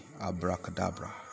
Abracadabra